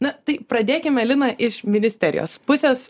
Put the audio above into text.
na tai pradėkime lina iš ministerijos pusės